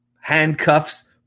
handcuffs